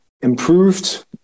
improved